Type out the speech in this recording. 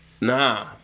Nah